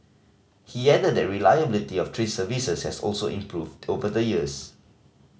he added that reliability of train services has also improved over the years